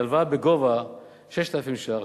והלוואה בגובה 6,000 ש"ח,